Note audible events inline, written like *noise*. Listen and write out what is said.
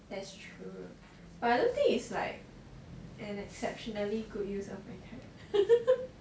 that's true but I don't think is like an exceptionally good use of my time *laughs*